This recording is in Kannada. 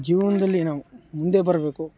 ಜೀವನದಲ್ಲಿ ನಾವು ಮುಂದೆ ಬರಬೇಕು